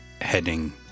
heading